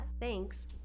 thanks